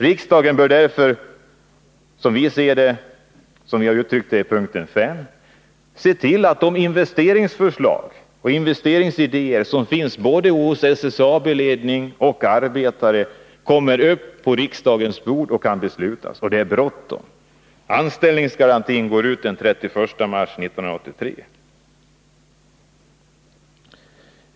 Riksdagen bör därför, som vi har uttryckt det i punkt 5 i motion 99, se till att de investeringsförslag och investeringsidéer som finns hos både SSAB-ledningen och arbetarna kommer upp på riksdagens bord, så att beslut kan fattas. Och det är bråttom — anställningsgarantin går ut den 31 mars 1983.